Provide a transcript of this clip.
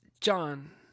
John